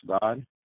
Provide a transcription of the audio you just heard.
God